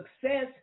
success